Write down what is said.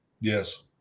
Yes